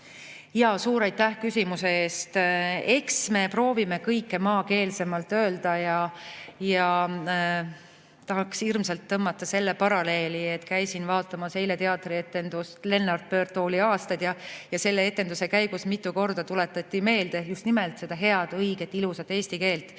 Suur aitäh küsimuse eest! Eks me proovime kõike maakeelsemalt öelda. Tahaks hirmsasti tõmmata selle paralleeli, et käisin eile vaatamas teatrietendust "Lennart. Pöördtooliaastad", ja selle etenduse käigus tuletati mitu korda meelde just nimelt seda head, õiget ja ilusat eesti keelt.